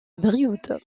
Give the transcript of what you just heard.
brioude